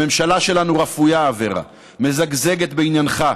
הממשלה שלנו רפויה, אברה, מזגזגת בעניינך,